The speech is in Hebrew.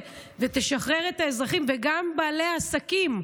ותשחרר את האזרחים וגם את בעלי העסקים.